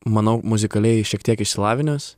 manau muzikaliai šiek tiek išsilavinęs